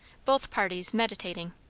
both parties meditating.